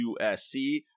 USC